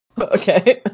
Okay